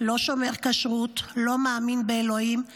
לא שומר כשרות / לא מאמין באלוהים /